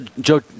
Joe